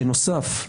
בנוסף,